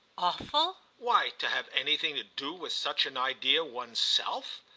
awful? why, to have anything to do with such an idea one's self.